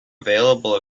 available